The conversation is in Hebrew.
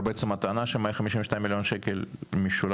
אבל בעצם הטענה שה-152 מיליון שקלים משולם